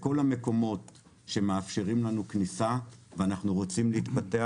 בכל המקומות שמאפשרים לנו כניסה ואנחנו רוצים להתפתח,